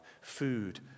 Food